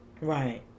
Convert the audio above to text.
Right